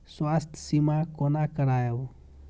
स्वास्थ्य सीमा कोना करायब?